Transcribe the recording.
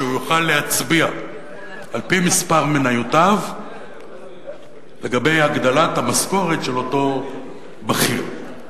שהוא יוכל להצביע על-פי מספר מניותיו לגבי הגדלת המשכורת של אותו בכיר.